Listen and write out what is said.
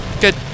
Good